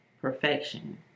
perfection